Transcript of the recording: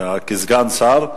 כסגן שר.